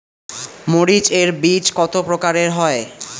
মরিচ এর বীজ কতো প্রকারের হয়?